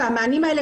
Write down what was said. והמענים האלה,